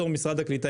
בתור משרד הקליטה,